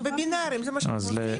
ובינריים זה מה שאנחנו עושים.